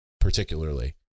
particularly